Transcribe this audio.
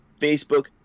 Facebook